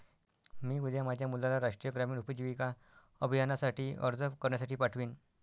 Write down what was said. मी उद्या माझ्या मुलाला राष्ट्रीय ग्रामीण उपजीविका अभियानासाठी अर्ज करण्यासाठी पाठवीन